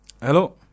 hello